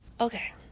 Okay